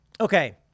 okay